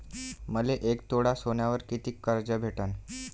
मले एक तोळा सोन्यावर कितीक कर्ज भेटन?